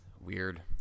Weird